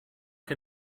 che